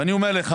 ואני אומר לך